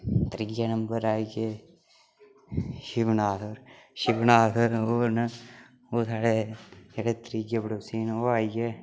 त्रियै नम्बर आई गे शिव नाथ होर शिव नाथ होर ओह् न ओह् स्हाड़े जेह्ड़े त्रीए पड़ोसी न ओह् आई गे